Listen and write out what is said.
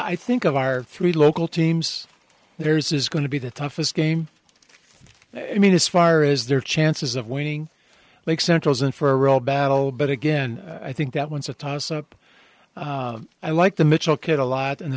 i think of our three local teams there is going to be the toughest game it mean as far as their chances of winning make centrals in for a real battle but again i think that once a toss up i like the mitchell kid a lot and the